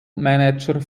manager